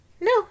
no